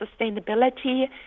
sustainability